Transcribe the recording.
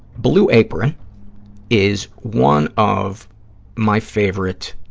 blue apron is one of my favorite